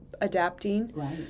Adapting